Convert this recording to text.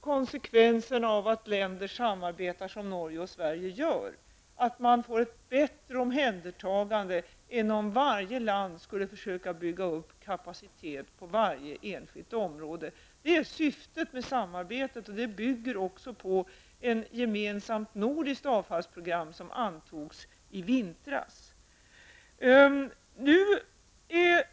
Konsekvensen av att länder samarbetar så som Sverige och Norge gör blir då att man får ett bättre omhändertagande än vad som skulle bli fallet om varje land skulle försöka bygga upp kapacitet på varje enskilt område. Detta är syftet med samarbetet, och det bygger också på ett gemensamt nordiskt avfallsprogram, som antogs i vintras.